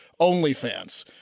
OnlyFans